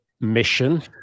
mission